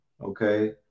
Okay